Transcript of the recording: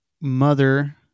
mother